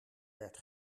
werd